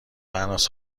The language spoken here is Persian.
مهناز